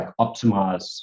optimize